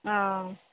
आ